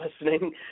listening